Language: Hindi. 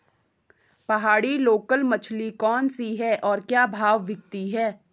पहाड़ी लोकल मछली कौन सी है और क्या भाव बिकती है?